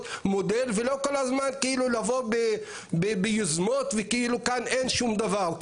מודל ולא כל הזמן כאילו לבוא ביוזמות וכאילו כאן אין שום דבר.